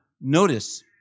notice